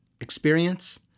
experience